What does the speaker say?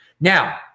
Now